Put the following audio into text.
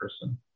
person